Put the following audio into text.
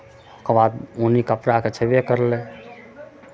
ओकरबाद ऊनी कपड़ा तऽ छेबे करलै